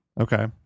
Okay